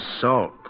salt